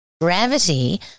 gravity